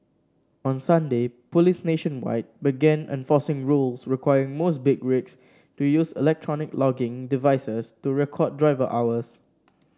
on Sunday police nationwide began enforcing rules requiring most big rigs to use electronic logging devices to record driver hours